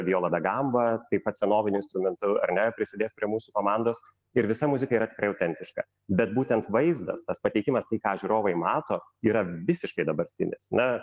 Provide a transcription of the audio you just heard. viola da gamba taip pat senoviniu instrumentu ar ne prisidės prie mūsų komandos ir visa muzika yra tikrai autentiška bet būtent vaizdas tas pateikimas tai ką žiūrovai mato yra visiškai dabartinis na